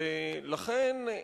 לכן,